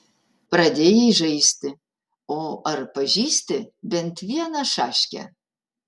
pradėjai žaisti o ar pažįsti bent vieną šaškę